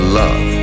love